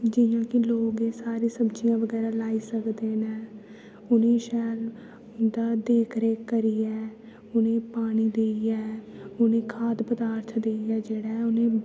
जियां कि लोग एह् सारी सब्जियां बगैरा लाई सकदे न उ'नें गी शैल उंदा देख रेख करियै उ'नें गी पानी देइयै उ'नें गी खाद पदार्थ देइयै उ'नें गी